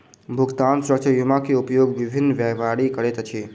भुगतान सुरक्षा बीमा के उपयोग विभिन्न व्यापारी करैत अछि